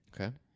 Okay